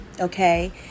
okay